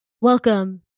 Welcome